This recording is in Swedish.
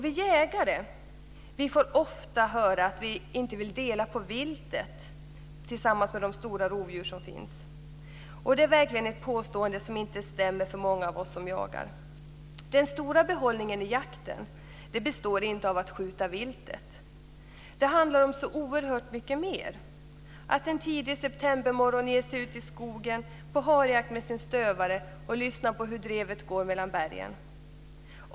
Vi jägare får ofta höra att vi inte vill dela viltet med de stora rovdjuren. Det är ett påstående som verkligen inte stämmer för många av oss som jagar. Den stora behållningen i jakten består inte av att skjuta viltet. Det handlar om så oerhört mycket mer, som t.ex. att en tidig septembermorgon ge sig ut i skogen på harjakt med sin stövare och lyssna på hur drevet går mellan bergen.